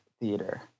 theater